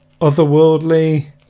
otherworldly